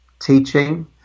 teaching